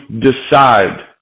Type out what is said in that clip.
decide